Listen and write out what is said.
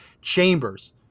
chambers